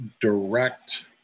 direct